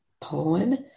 poem